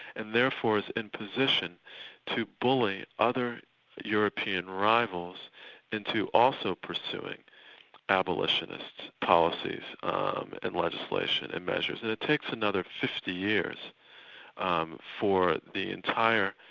and therefore it is in position to bully other european rivals into also pursuing abolitionist policies um and legislation and measures. and it takes another fifty years um for the entire